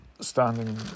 standing